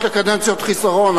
יש לקדנציות חיסרון,